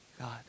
God